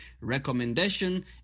recommendation